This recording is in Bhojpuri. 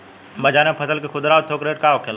बाजार में फसल के खुदरा और थोक रेट का होखेला?